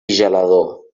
gelador